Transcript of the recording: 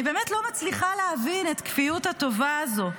אני באמת לא מצליחה להבין את כפיות הטובה הזו.